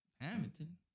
Hamilton